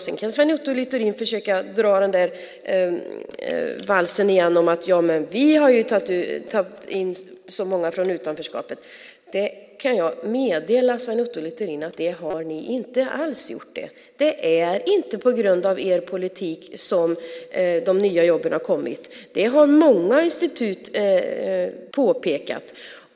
Sedan kan Sven Otto Littorin återigen försöka dra valsen om att man har tagit in så många från utanförskapet. Jag kan meddela Sven Otto Littorin att ni inte alls har gjort det. Det är inte på grund av er politik som de nya jobben har kommit. Det har många institut påpekat.